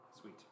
Sweet